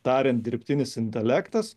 tariant dirbtinis intelektas